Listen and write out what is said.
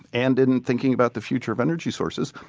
and in thinking about the future of energy sources.